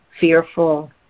fearful